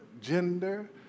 gender